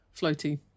floaty